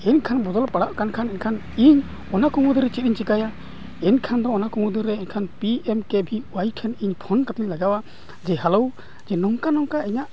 ᱢᱮᱱᱠᱷᱟᱱ ᱵᱚᱫᱚᱞ ᱯᱟᱲᱟᱜ ᱠᱟᱱᱠᱷᱟᱱ ᱱᱠᱷᱟᱱ ᱤᱧ ᱚᱱᱟ ᱠᱚ ᱢᱩᱫᱽᱨᱮ ᱪᱮᱫ ᱤᱧ ᱪᱤᱠᱟᱹᱭᱟ ᱮᱱᱠᱷᱟᱱ ᱫᱚ ᱚᱱᱟ ᱠᱚ ᱢᱩᱫᱽ ᱨᱮ ᱮᱱᱠᱷᱟᱱ ᱯᱤ ᱮᱢ ᱠᱮ ᱵᱤ ᱚᱣᱟᱭ ᱴᱷᱮᱱ ᱤᱧ ᱯᱷᱳᱱ ᱠᱟᱛᱮᱫ ᱤᱧ ᱞᱟᱜᱟᱣᱟ ᱡᱮ ᱦᱮᱞᱳ ᱱᱚᱝᱠᱟ ᱱᱚᱝᱠᱟ ᱤᱧᱟᱹᱜ